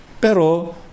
Pero